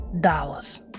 dollars